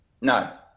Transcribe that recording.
No